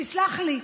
תסלח לי,